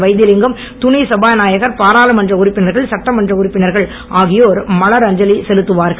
வைத்தியலிங்கம் துணை சபாநாயகர் பாராளுமன்ற உறுப்பினர்கள் சட்டமன்ற உறுப்பினர்கள் ஆகியோர் மலரஞ்சலி செலுத்துவார்கள்